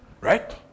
Right